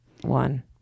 one